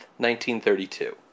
1932